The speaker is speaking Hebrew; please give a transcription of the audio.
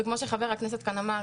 וכמו שחבר הכנסת כאן אמר,